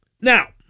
Now